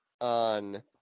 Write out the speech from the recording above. on